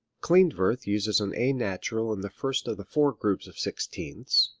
klindworth uses an a natural in the first of the four groups of sixteenths,